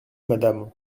madame